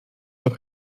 auch